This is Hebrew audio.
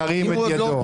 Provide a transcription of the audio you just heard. ירים את ידו.